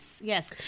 Yes